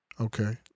Okay